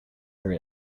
there